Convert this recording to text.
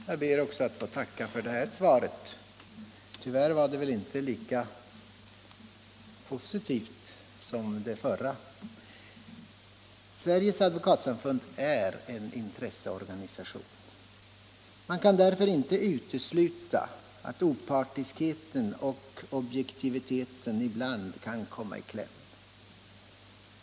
Herr talman! Jag ber att få tacka också för detta svar. Tyvärr var det inte lika positivt som det förra. Sveriges Advokatsamfund är en intresseorganisation. Man kan därför inte utesluta att opartiskheten och objektiviteten ibland kan komma i kläm.